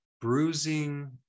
bruising